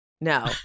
No